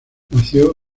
nació